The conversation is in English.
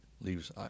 leaves